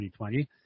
2020